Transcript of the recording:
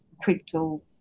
crypto